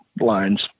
lines